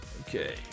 Okay